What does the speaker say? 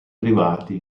privati